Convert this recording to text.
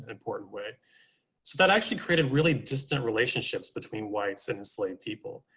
important way. so that actually created really distant relationships between whites and enslaved people.